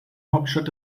hauptstadt